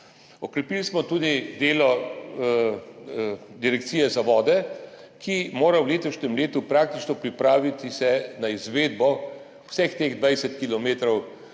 Okrepili smo tudi delo Direkcije za vode, ki se mora v letošnjem letu praktično pripraviti na izvedbo vseh teh 20